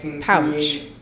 pouch